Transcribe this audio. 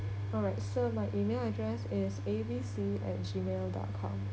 alright so my email address is abc at gmail dot com